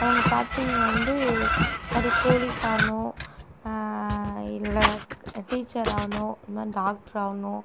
அவங்க பார்த்திங்கனா வந்து இதுமாதிரி போலீஸ் ஆகணும் இல்லை டீச்சர் ஆகணும் இதுமாதிரி டாக்ட்ரு ஆகணும்